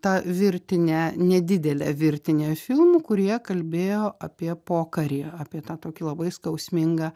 tą virtinę nedidelę virtinę filmų kurie kalbėjo apie pokarį apie tą tokį labai skausmingą